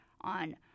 on